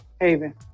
haven